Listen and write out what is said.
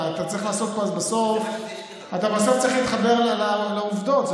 בסוף אתה צריך להתחבר לעובדות.